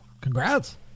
Congrats